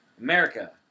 America